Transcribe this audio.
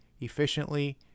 efficiently